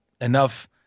enough